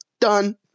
Done